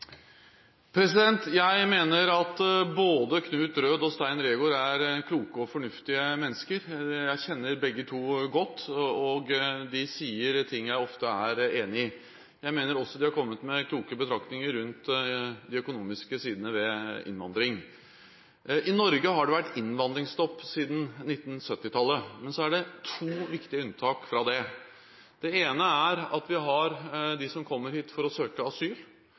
Jeg mener at både Knut Røed og Stein Reegård er kloke og fornuftige mennesker – jeg kjenner begge to godt – og de sier ting jeg ofte er enig i. Jeg mener også de har kommet med kloke betraktninger rundt de økonomiske sidene ved innvandring. I Norge har det vært innvandringsstopp siden 1970-tallet, men så er det to viktige unntak fra det. Det ene er at vi har dem som kommer hit for å søke asyl.